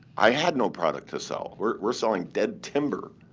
i had no product to sell. we're selling dead timber.